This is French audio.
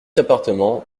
appartements